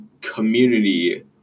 community